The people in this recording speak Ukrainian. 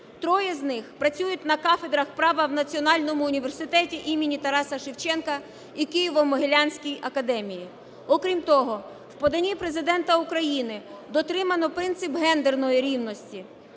троє з них працюють на кафедрах права в Національному університеті імені Тараса Шевченка і в Києво-Могилянській академії. Окрім того, в поданні Президента України дотримано принцип гендерної рівності: